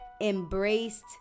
embraced